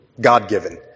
God-given